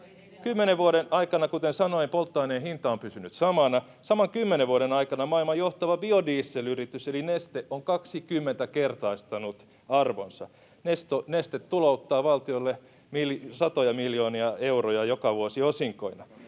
Kymmenen vuoden aikana, kuten sanoin, polttoaineen hinta on pysynyt samana. Saman kymmenen vuoden aikana maailman johtava biodieselyritys eli Neste on 20-kertaistanut arvonsa. Neste tulouttaa valtiolle satoja miljoonia euroja joka vuosi osinkoina,